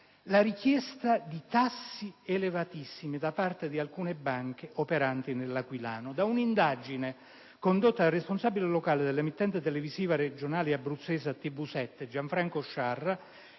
la richiesta di tassi elevatissimi da parte di alcune banche operanti nell'Aquilano. Da un'indagine condotta da responsabili locali dell'emittente televisiva regionale abruzzese a TV7 è emerso che